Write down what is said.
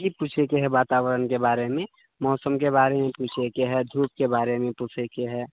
की पुछैके हइ वातावरणके बारेमे मौसमके बारेमे पुछैके हइ धूपके बारे मे पुछैके हइ